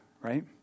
right